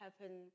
happen